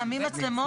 שמים מצלמות.